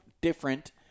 different